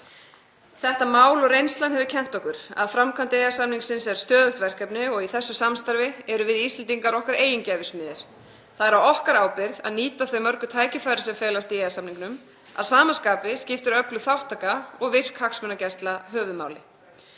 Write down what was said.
Þetta mál og reynslan hefur kennt okkur að framkvæmd EES-samningsins er stöðugt verkefni og í þessu samstarfi erum við Íslendingar okkar eigin gæfu smiðir. Það er á okkar ábyrgð að nýta þau mörgu tækifæri sem felast í EES-samningnum. Að sama skapi skiptir öflug þátttaka og virk hagsmunagæsla höfuðmáli.